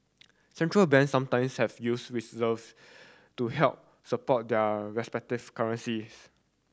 Central Banks sometimes have used to help support their respective currencies